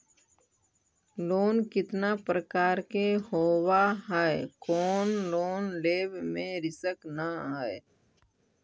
Loan कितना प्रकार के होबा है कोन लोन लेब में रिस्क न है?